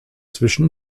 zwischen